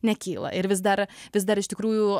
nekyla ir vis dar vis dar iš tikrųjų